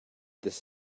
this